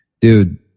Dude